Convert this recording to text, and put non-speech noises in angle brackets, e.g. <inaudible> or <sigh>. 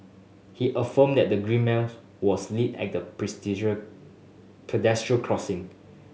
he affirmed that the green man <unintelligible> was lit at the <unintelligible> pedestrian crossing